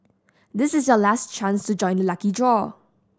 this is your last chance to join the lucky draw